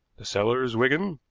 the cellars, wigan,